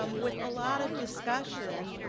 um with a lot of discussion,